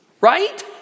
right